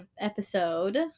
episode